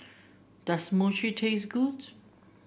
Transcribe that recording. does Mochi taste good